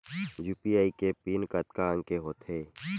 UPI के PIN कतका अंक के होथे?